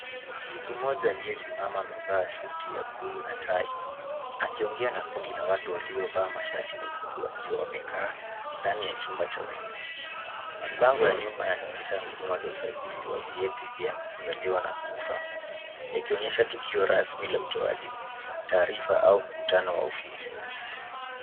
Mtu mmoja aliyesimama, amevaa suti ya blue na tai, akiongea na kundi la watu waliovaa mashati mekundu, wakiwa wamekaa ndani ya chumba cha ofisi. Mabango ya nyuma yanaonyesha huduma za usajili wa vyeti vya kuzaliwa na kufa, yakionyesha tukio rasmi la utoaji taarifa au mkutano wa ofisi.